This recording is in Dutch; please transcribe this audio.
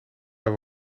maar